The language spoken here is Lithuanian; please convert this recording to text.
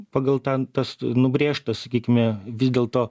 pagal ten tas nubrėžtas sakykime vis dėlto